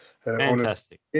Fantastic